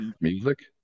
music